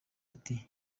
ati